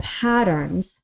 patterns